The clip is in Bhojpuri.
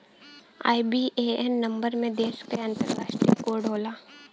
आई.बी.ए.एन नंबर में देश क अंतरराष्ट्रीय कोड होला